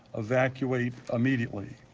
evacuate immediately.